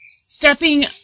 stepping